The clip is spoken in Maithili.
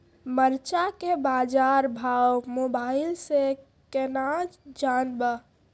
मरचा के बाजार भाव मोबाइल से कैनाज जान ब?